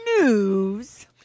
news